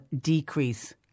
decrease